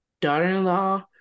daughter-in-law